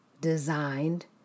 designed